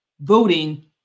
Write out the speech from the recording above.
voting